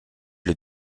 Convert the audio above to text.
les